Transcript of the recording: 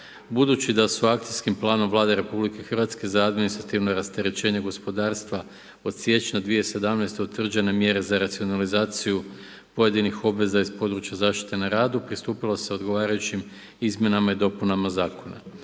Budući da su akcijskim planom Vlade Republike Hrvatske za administrativno rasterećenje gospodarstva od siječnja 2017. utvrđene mjere za racionalizaciju pojedinih obveza iz područja zaštite na radu, pristupilo se odgovarajućim izmjenama i dopunama zakona.